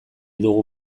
dugu